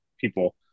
people